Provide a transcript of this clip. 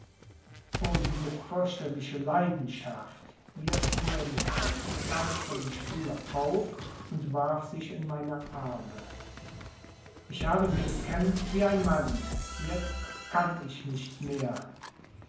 o diese fürchterliche leidenschaft hier fuhr er mit heftigkeit von dem stuhle auf und warf sich in meine arme ich habe sie bekämpft wie ein mann jetzt kann ich nicht mehr